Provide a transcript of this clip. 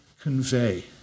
convey